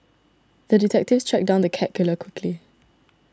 the detective tracked down the cat killer quickly